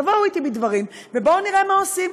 תבואו אתי בדברים ובואו נראה מה עושים,